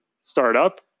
startup